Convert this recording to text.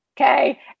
okay